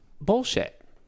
bullshit